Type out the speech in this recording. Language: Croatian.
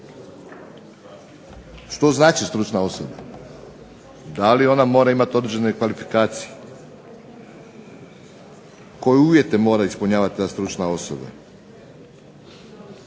što znači stručna osoba? Da li ona mora imati određene kvalifikacije? Koje uvjete mora ispunjavati ta stručna osoba?